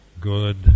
good